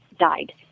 died